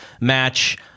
match